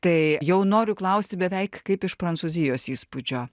tai jau noriu klausti beveik kaip iš prancūzijos įspūdžio